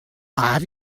have